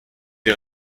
die